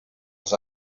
els